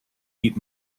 eat